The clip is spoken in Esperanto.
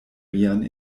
mian